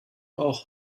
auch